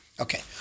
Okay